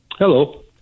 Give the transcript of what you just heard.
Hello